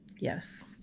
Yes